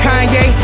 Kanye